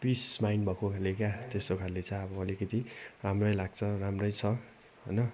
piece mind भएकोले क्या त्यस्तो खाले छ अब अलिकति राम्रै लाग्छ र राम्रै छ होइन